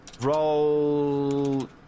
Roll